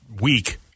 week